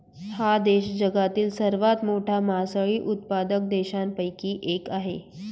हा देश जगातील सर्वात मोठा मासळी उत्पादक देशांपैकी एक आहे